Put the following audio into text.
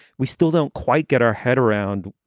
we still don't quite get our head around.